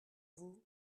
vous